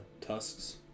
tusks